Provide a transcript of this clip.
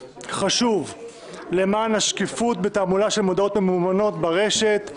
חשוב למען השקיפות בתעמולה של מודעות הממומנות ברשת,